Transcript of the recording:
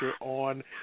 on